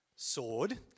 sword